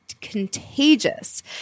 contagious